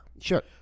Sure